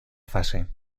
fase